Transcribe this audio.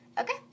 Okay